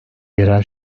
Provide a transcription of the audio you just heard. yerel